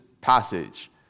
passage